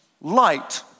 Light